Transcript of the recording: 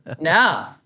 No